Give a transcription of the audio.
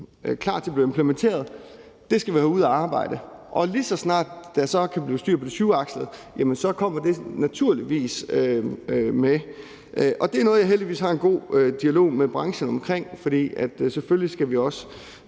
komme ud og blive implementeret, skal vi have ud at arbejde. Og lige så snart der så kan blive styr de syvakslede, kommer det naturligvis med. Det er noget, jeg heldigvis har en god dialog med branchen om, for selvfølgelig skal vi også